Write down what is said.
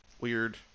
Weird